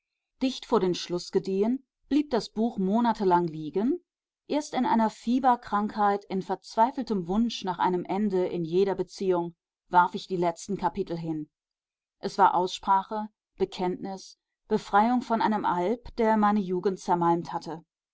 dicht vor den schluß gediehen blieb das buch monatelang liegen erst in einer fieberkrankheit in verzweifeltem wunsch nach einem ende in jeder beziehung warf ich die letzten kapitel hin es war aussprache bekenntnis befreiung von einem alp der meine jugend zermalmt hatte